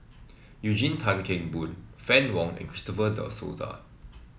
Eugene Tan Kheng Boon Fann Wong and Christopher De Souza